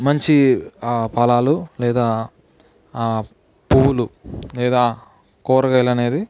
మంచి ఆ ఫలాలు లేదా ఆ పువ్వులు లేదా కూరగాయలు అనేది